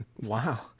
wow